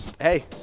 Hey